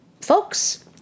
folks